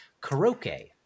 karaoke